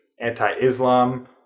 anti-Islam